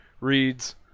reads